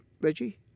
Reggie